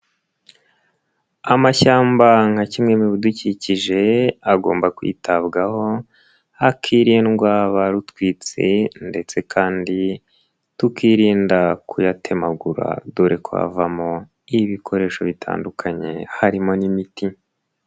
Amashyamba nka kimwe mu bidukikije agomba kwitabwaho hakirindwa barutwitse ndetse kandi tukirinda kuyatemagura dore ku avamo ibikoresho bitandukanye harimo n'imiti.